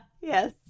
yes